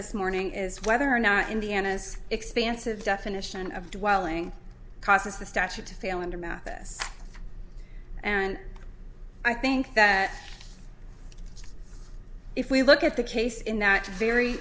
this morning is whether or not indiana's expansive definition of dwelling causes the statute to fail under mathis and i think that if we look at the case in that very